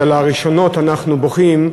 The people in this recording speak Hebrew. שעל הראשונות אנחנו בוכים,